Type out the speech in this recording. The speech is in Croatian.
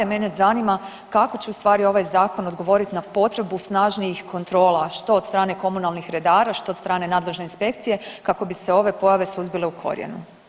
Mene zanima kako će ustvari ovaj zakon odgovoriti na potrebu snažnijih kontrola što od strane komunalnih redara što od strane nadležne inspekcije kako bi se ove pojave suzbile u korijenu?